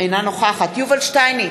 אינה נוכחת יובל שטייניץ,